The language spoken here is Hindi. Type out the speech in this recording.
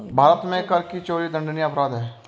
भारत में कर की चोरी दंडनीय अपराध है